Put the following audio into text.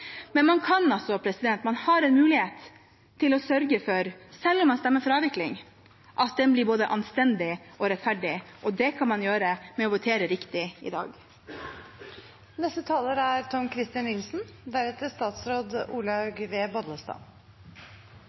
Men man har en mulighet – selv om man stemmer for avvikling – til å sørge for at den blir både anstendig og rettferdig, og det kan man gjøre ved å votere riktig i dag. Jeg vil knytte noen ord til bruken av ekspropriasjonsrettslig analogitet. Jeg hørte en av representantene si at ekspropriasjon er